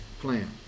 plan